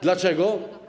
Dlaczego?